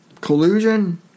collusion